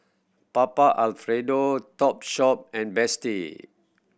Papa Alfredo Topshop and Betsy